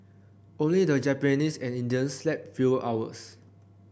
only the Japanese and Indians slept fewer hours